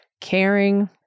caring